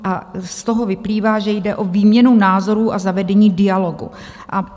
A z toho vyplývá, že jde o výměnu názorů a zavedení dialogu.